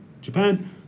Japan